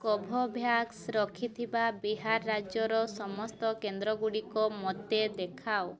Covovax ରଖିଥିବା ବିହାର ରାଜ୍ୟର ସମସ୍ତ କେନ୍ଦ୍ରଗୁଡ଼ିକ ମୋତେ ଦେଖାଅ